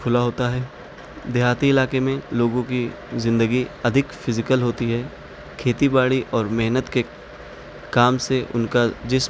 کھلا ہوتا ہے دیہاتی علاقے میں لوگوں کی زندگی ادھک فزیکل ہوتی ہے کھیتی باڑی اور محنت کے کام سے ان کا جسم